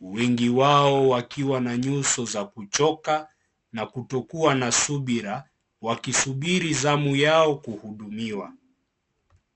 wengi wao wakiwa na nyuso za kuchoka na kutokuwa na subira wakisubiri zamu yao kuhudumiwa.